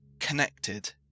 connected